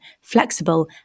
flexible